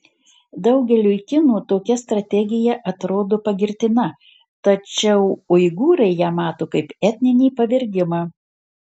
daugeliui kinų tokia strategija atrodo pagirtina tačiau uigūrai ją mato kaip etninį pavergimą